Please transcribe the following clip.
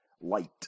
light